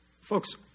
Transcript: Folks